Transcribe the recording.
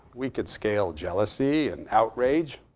we could scale jealousy and outrage,